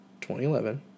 2011